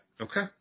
Okay